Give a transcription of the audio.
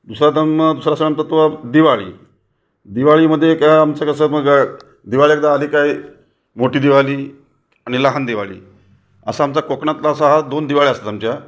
दुसरा तर मग दुसरा सण तर तो दिवाळी दिवाळीमध्ये काय आमचं कसं मग दिवाळी एकदा आली काय मोठी दिवाळी आणि लहान दिवाळी असा आमचा कोकणातला असा हा दोन दिवाळ्या असतात आमच्या